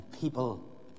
people